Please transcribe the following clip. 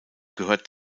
gehört